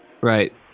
Right